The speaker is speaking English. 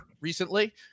recently